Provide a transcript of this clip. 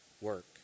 work